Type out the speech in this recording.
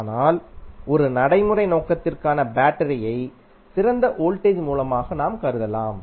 ஆனால் ஒரு நடைமுறை நோக்கத்திற்காக பேட்டரியை சிறந்த வோல்டேஜ் மூலமாக நாம் கருதலாம்